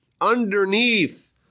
underneath